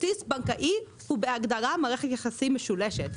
כרטיס בנקאי הוא בהגדרה מערכת יחסים משולשת,